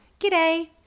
G'day